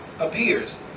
appears